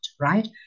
right